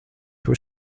were